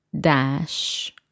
dash